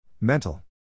Mental